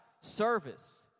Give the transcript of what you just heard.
service